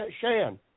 Shan